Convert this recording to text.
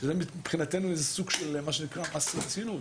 שזה מבחינתנו סוג של מס רצינות,